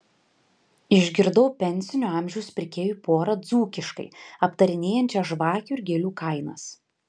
išgirdau pensinio amžiaus pirkėjų porą dzūkiškai aptarinėjančią žvakių ir gėlių kainas